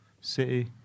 City